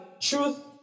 truth